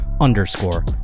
underscore